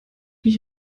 mich